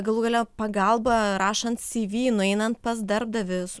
galų gale pagalba rašant cv nueinant pas darbdavius